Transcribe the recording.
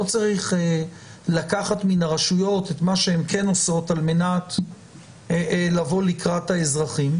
צריך לקחת מן הרשויות את מה שהן כן עושות על מנת לבוא לקראת האזרחים,